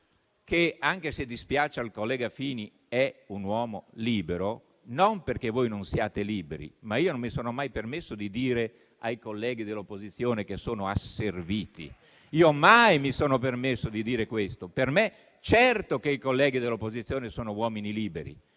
che, anche se dispiace al collega Fina, è un uomo libero. Non perché voi non siate liberi; ma io non mi sono mai permesso di dire ai colleghi dell'opposizione che sono asserviti, mai mi sono permesso di dire questo. Per me, certo che i colleghi dell'opposizione sono uomini liberi.